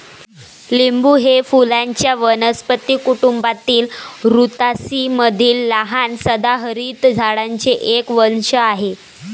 लिंबू हे फुलांच्या वनस्पती कुटुंबातील रुतासी मधील लहान सदाहरित झाडांचे एक वंश आहे